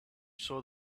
saw